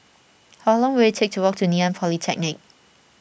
how long will it take to walk to Ngee Ann Polytechnic